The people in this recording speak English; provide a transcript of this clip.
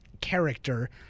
character